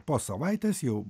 po savaitės jau